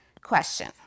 Question